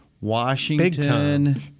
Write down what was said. Washington